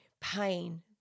pain